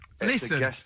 Listen